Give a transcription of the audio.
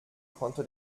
konnte